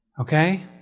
okay